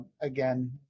again